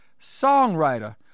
songwriter